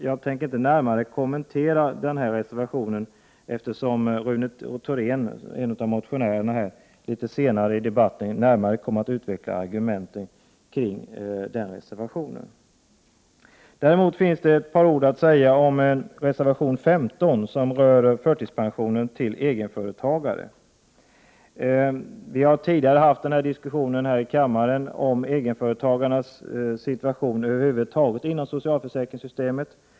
Jag tänker inte närmare kommentera denna reservation, eftersom Rune Thorén, en av motionärerna, litet senare i debatten kommer att utveckla argumenteringen kring denna reservation. Däremot finns det ett par ord att säga om reservation 15, som rör förtidspension för egenföretagare. Vi har tidigare här i riksdagen haft diskussioner om egenföretagarnas situation över huvud taget inom socialförsäkringssystemet.